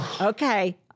Okay